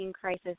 crisis